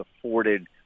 afforded